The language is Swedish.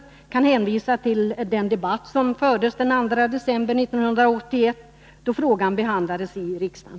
Jag kan hänvisa till den debatt som fördes den 2 december 1981, då frågan behandlades i riksdagen.